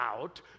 out